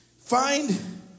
Find